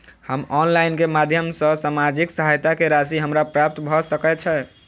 हम ऑनलाइन केँ माध्यम सँ सामाजिक सहायता केँ राशि हमरा प्राप्त भऽ सकै छै?